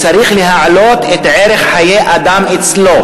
צריך להעלות את ערך חיי האדם אצלו,